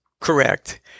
Correct